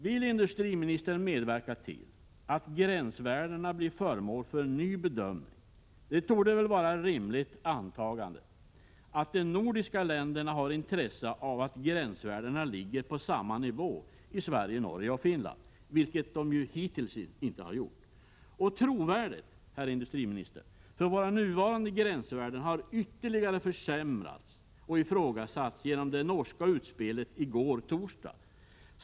Vill industriministern medverka till att gränsvärdena blir föremål för en ny bedömning? Det torde väl vara ett rimligt antagande att de nordiska länderna har intresse av att gränsvärdena ligger på samma nivå i Sverige, Norge och Finland, vilket de hittills inte har gjort. Trovärdigheten hos våra nuvarande gränsvärden har ytterligare försämrats och ifrågasatts genom det norska utspelet i går, torsdag.